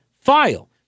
file